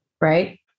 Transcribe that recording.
right